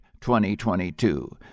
2022